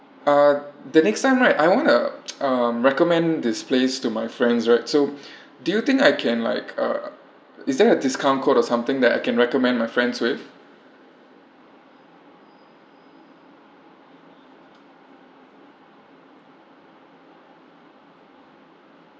uh the next time right I want to um recommend this place to my friends right so do you think I can like uh is there a discount code or something that I can recommend my friends with